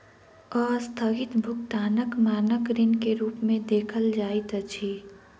अस्थगित भुगतानक मानक ऋण के रूप में देखल जाइत अछि